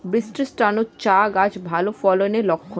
বৃষ্টিস্নাত চা গাছ ভালো ফলনের লক্ষন